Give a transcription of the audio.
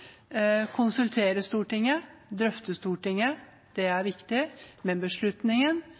konsultere Stortinget, drøfte med Stortinget, er viktig, men